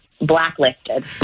blacklisted